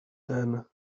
tan